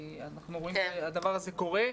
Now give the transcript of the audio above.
כי אנחנו רואים שהדבר הזה קורה.